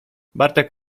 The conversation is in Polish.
bartek